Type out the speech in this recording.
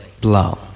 Blow